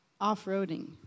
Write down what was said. off-roading